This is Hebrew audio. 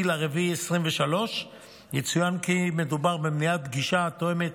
באפריל 2023. יצוין כי מדובר במניעת פגישה התואמת